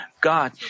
God